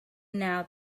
now